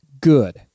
good